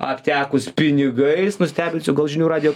aptekusi pinigais nustebinsiu gal žinių radijo